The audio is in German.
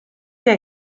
der